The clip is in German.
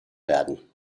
werden